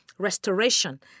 restoration